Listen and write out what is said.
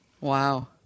Wow